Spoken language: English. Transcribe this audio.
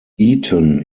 eaton